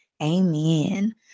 amen